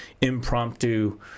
impromptu